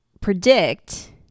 predict